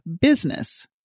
business